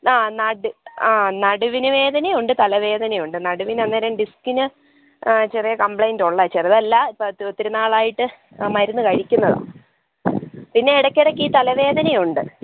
ആ നടു ആ നടുവിന് വേദനയൊണ്ട് തലവേദനയൊണ്ട് നടുവന്നനേരം ഡിസ്കിന്ന് ചെറിയ കംപ്ലയിൻറ്റുള്ള ചെറുതല്ല ഇപ്പോൾ ഒത്തിരി നാളായിട്ട് മരുന്ന് കഴിക്കുന്നതാണ് പിന്നെ ഇടക്കിടക്ക് ഈ തലവേദനയൊണ്ട്